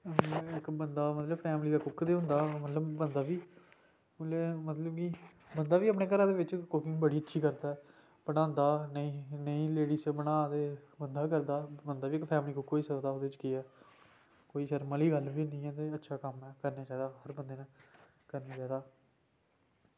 इक्क होंदा फैमिली दा कुक बी होंदा मतलब कि बंदा बी हून मतलब कि बंदा बी अपने घरें बिच कुकिंग बड़ी अच्छी करदा ऐ पढ़ांदा च बना दे बंदा करदा बंदा बी फैमिली दा कुक होई सकदा पर ओह्दे च केह् ऐ कोई शर्म आह्ली गल्ल बी नेईं ऐ अच्छा कम्म ऐ करनाा चाहिदा हर बंदे नै करना चाहिदा